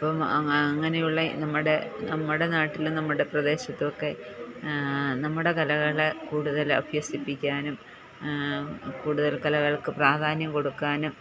അപ്പം അങ്ങനെയുള്ള നമ്മുടെ നമ്മുടെ നാട്ടിൽ നമ്മുടെ പ്രദേശത്തും ഒക്കേ നമ്മുടെ കലകൾ കൂടുതൽ അഭ്യസിപ്പിക്കാനും കൂടുതൽ കലകൾക്ക് പ്രാധാന്യം കൊടുക്കാനും